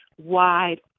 wide